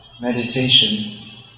meditation